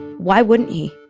why wouldn't he?